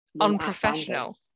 unprofessional